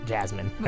Jasmine